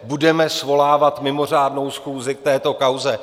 Budeme svolávat mimořádnou schůzi k této kauze?